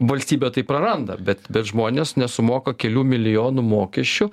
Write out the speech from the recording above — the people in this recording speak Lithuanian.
valstybė praranda bet bet žmonės nesumoka kelių milijonų mokesčių